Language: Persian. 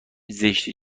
زشتی